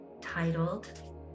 titled